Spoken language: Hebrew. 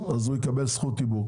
יקבל זכות דיבור.